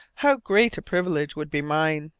how great a privilege would be mine!